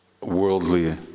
worldly